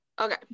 Okay